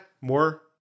more